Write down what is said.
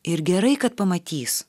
ir gerai kad pamatys